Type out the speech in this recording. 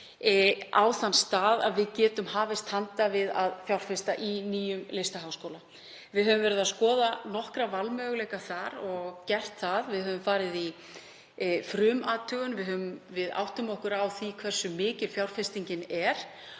á þann stað að við getum hafist handa við að fjárfesta í nýjum listaháskóla. Við höfum verið að skoða nokkra valmöguleika og farið í frumathugun og við áttum okkur á því hversu mikil fjárfestingin er.